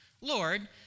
Lord